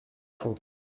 fond